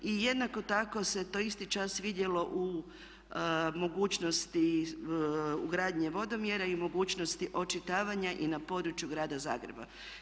I jednako tako se to isti čas vidjelo u mogućnosti ugradnje vodomjera i mogućnosti očitavanja i na području Grada Zagreba.